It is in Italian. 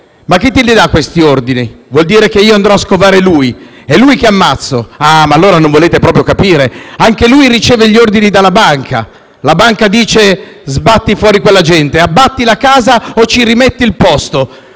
chi te li dà? Vuol dire che andrò a scovare lui. È lui che ammazzo". Non volete proprio capire: anche lui riceve gli ordini dalla banca. La banca dice: sbatti fuori quella gente, abbatti la casa o ci rimetti il posto.